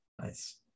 Nice